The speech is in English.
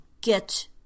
get